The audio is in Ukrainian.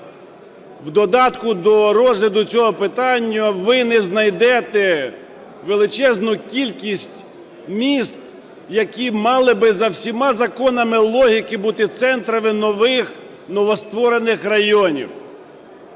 В додатку до розгляду цього питання ви не знайдете величезну кількість міст, які мали би за всіма законами логіки бути центрами нових, новостворених районів.